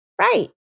right